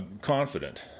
confident